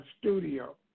studio